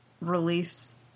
release